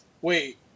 Wait